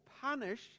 punish